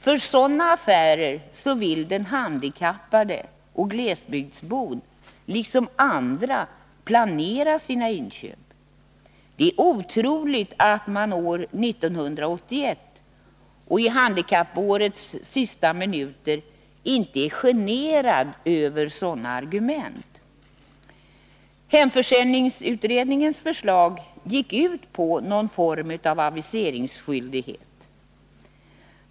För sådana affärer vill den handikappade och glesbygdsbon liksom andra planera sina inköp. Det är otroligt att man år 1981 och i Handikappårets sista minuter inte är generad över sådana argument. Hemförsäljningsutredningens förslag gick ut på någon form av aviseringsskyldighet.